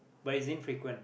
but it's infrequent